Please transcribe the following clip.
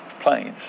planes